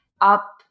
up